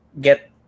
get